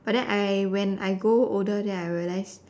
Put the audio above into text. but then I when I grow older then I realize